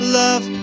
love